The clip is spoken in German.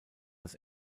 das